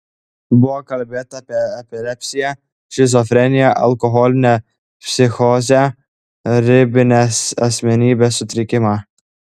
buvo kalbėta apie epilepsiją šizofreniją alkoholinę psichozę ribinės asmenybės sutrikimą